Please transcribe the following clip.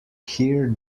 here